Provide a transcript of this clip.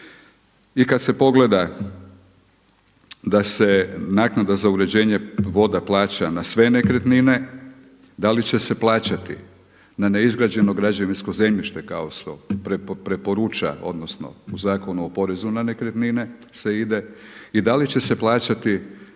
I kada se pogleda da se naknada za uređenje voda plaća na sve nekretnine, da li će se plaćati na neizgrađeno građevinsko zemljište kako se preporuča odnosno u Zakonu o porezu na nekretnine se ide, i da li će se plaćati